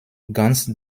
ganz